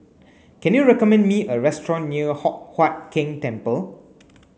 can you recommend me a restaurant near Hock Huat Keng Temple